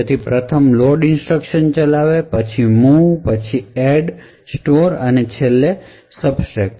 તેથી પ્રથમ load instruction ચલાવો પછી મુવ એડ સ્ટોર અને સબટ્રેક્ટ